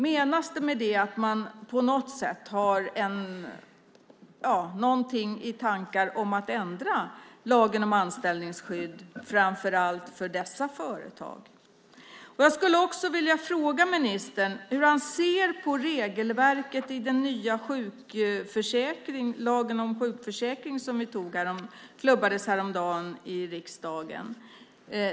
Menar man att man på något sätt har tankar på att ändra lagen om anställningsskydd för framför allt dessa företag? Jag skulle också vilja fråga ministern hur han ser på regelverket i den nya lagen om sjukförsäkring som klubbades i riksdagen häromdagen.